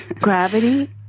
Gravity